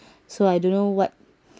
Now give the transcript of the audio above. so I don't know what